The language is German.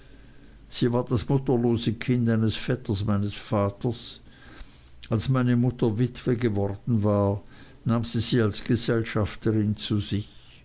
sie war das mutterlose kind eines vetters meines vaters als meine mutter witwe geworden war nahm sie sie als gesellschafterin zu sich